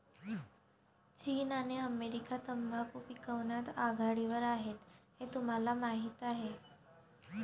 चीन आणि अमेरिका तंबाखू पिकवण्यात आघाडीवर आहेत हे तुम्हाला माहीत आहे